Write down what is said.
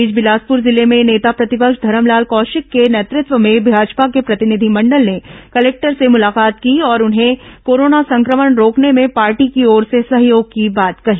इस बीच बिलासपुर जिले में नेता प्रतिपक्ष धरमलाल कौशिक के नेतृत्व में भाजपा के प्रतिनिधिमंडल ने कलेक्टर से मुलाकात की और उन्हें कोरोना संक्रमण रोकने में पार्टी की ओर से सहयोग की बात कही